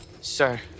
sir